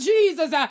Jesus